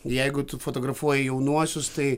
jeigu tu fotografuoji jaunuosius tai